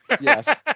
yes